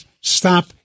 stop